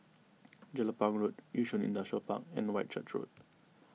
Jelapang Road Yishun Industrial Park and Whitchurch Road